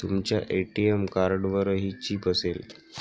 तुमच्या ए.टी.एम कार्डवरही चिप असेल